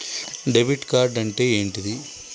Debit card అంటే ఏంటిది?